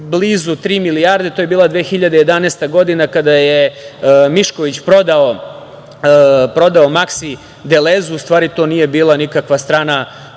blizu tri milijarde. To je bila 2011. godina kada je Mišković prodao „Maksi“ „Delezeu“, u stvari to nije bila nikakva strana